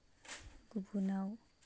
गुबुनाव